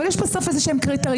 אבל יש בסוף קריטריונים,